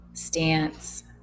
Stance